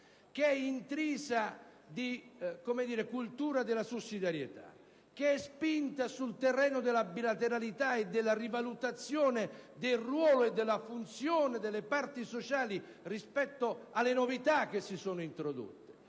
è intrisa di cultura della sussidiarietà, è spinta sul terreno della bilateralità e della rivalutazione del ruolo e della funzione delle parti sociali rispetto alle novità che sono state introdotte,